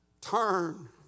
turn